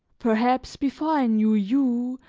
perhaps, before i knew you,